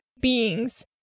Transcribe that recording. beings